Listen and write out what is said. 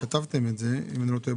בתוכנית 181002, על אילו ערים אנו מדברים?